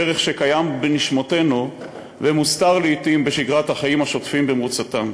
ערך שקיים בנשמותינו ומוסתר לעתים בשגרת החיים השוטפים במרוצתם.